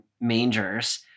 mangers